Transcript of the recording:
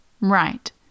Right